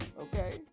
okay